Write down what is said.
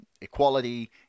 equality